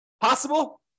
Possible